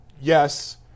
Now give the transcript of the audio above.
yes